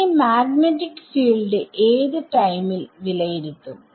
ഇനി magnetic field ഏത് ടൈമിൽ വിലയിരുത്തും